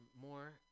more